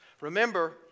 Remember